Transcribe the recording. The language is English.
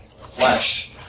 flesh